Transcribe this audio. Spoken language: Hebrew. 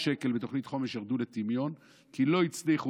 בתוכנית חומש ירדו לטמיון כי לא הצליחו